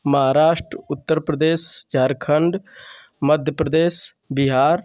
Maharashtra Uttar Pradesh Jharkhand Madhya Pradesh Bihar